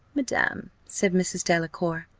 madam, said mrs. delacour,